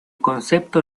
concepto